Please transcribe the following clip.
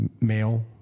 Male